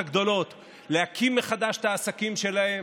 הגדולות להקים מחדש את העסקים שלהם.